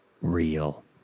real